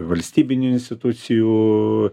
valstybinių institucijų